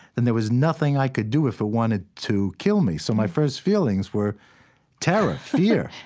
and there was nothing i could do if it wanted to kill me. so my first feelings were terror, fear.